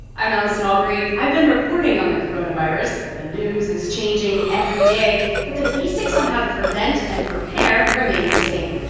i'm allison aubrey. i've been reporting on the coronavirus. the news is changing every day, but the basics on how to prevent and prepare remain the same.